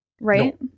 right